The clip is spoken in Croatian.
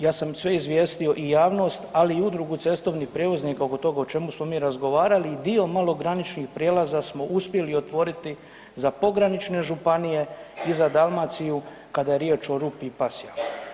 Ja sam sve izvijestio i javnost, ali i Udrugu cestovnih prijevoznika oko toga o čemu smo mi razgovarali i dio malograničnih prijelaza smo uspjeli otvoriti za pogranične županije i za Dalmaciju kada je riječ o Rupi i Pasjaku.